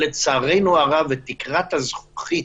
לצערנו הרבה, את תקרת הזכוכית